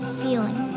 feeling